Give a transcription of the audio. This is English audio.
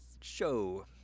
show